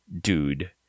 dude